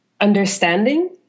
understanding